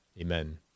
Amen